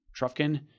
Trufkin